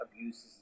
abuses